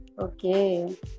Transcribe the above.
okay